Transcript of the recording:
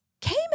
came